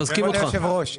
מחזקים אותך.